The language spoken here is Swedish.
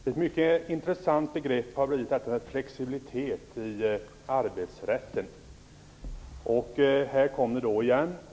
Herr talman! Detta med flexibilitet i arbetsrätten har blivit ett mycket intressant begrepp, och här kom det igen.